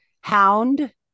Hound